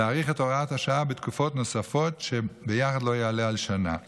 להאריך את הוראת השעה בתקופות נוספות שביחד לא יעלו על שנה נוספת,